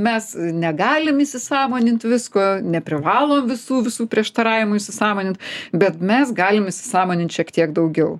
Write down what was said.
mes negalim įsisąmonint visko neprivalom visų visų prieštaravimų įsisąmonint bet mes galim įsisąmonint šiek tiek daugiau